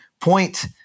point